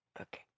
okay